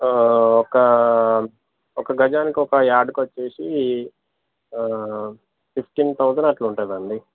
ఒక ఒక గజానికి ఒక యార్డ్కొచ్చేసి ఫిఫ్టీన్ థౌజండ్ అట్లా ఉంటుందండి